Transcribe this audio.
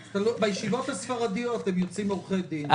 בישיבות הספרדיות הם יוצאים עורכי דין,